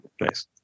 Nice